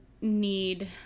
need